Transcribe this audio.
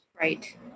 Right